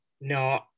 No